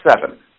seven